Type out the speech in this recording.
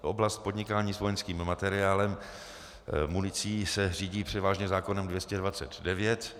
Oblast podnikání s vojenským materiálem, municí, se řídí převážně zákonem 229.